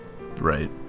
Right